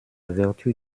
vertu